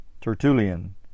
Tertullian